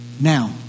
Now